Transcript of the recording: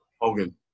Hogan